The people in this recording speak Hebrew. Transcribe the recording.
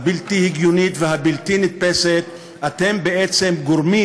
הבלתי-הגיונית והבלתי-נתפסת אתם בעצם גורמים